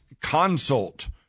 consult